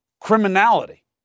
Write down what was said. criminality